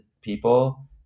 people